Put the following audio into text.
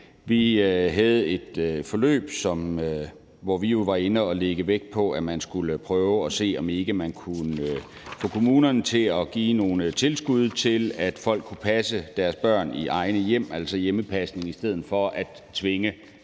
Vi havde et forløb, hvor vi jo var inde at lægge vægt på, at man skulle prøve at se, om man ikke kunne få kommunerne til at give nogle tilskud til, at folk kunne passe deres børn i eget hjem, altså til hjemmepasning i stedet for at tvinge